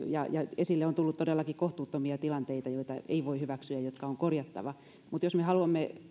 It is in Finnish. ja ja esille on tullut todellakin kohtuuttomia tilanteita joita ei voi hyväksyä jotka on korjattava mutta jos me haluamme